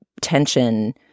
tension